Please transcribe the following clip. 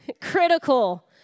critical